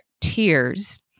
tears